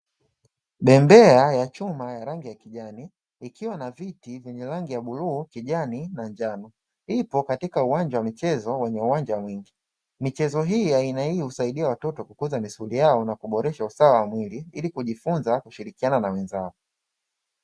Bembea ya chuma ya rangi ya kijani ikiwa na viti vyenye rangi ya bluu, kijani na njano. Ipo katika uwanja wa michezo wenye uwanja mwingi. Michezo hii ya aina hii husaidia watoto kukuza misuli yao na kuboresha usawa wa mwili ili kujifunza kushirikiana na wenzao.